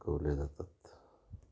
शिकवले जातात